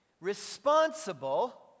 responsible